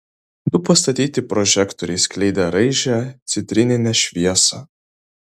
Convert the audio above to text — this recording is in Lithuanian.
du pastatyti prožektoriai skleidė raižią citrininę šviesą